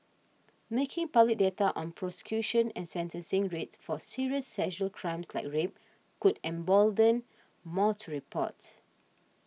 making public data on prosecution and sentencing rates for serious sexual crimes like rape could embolden more to report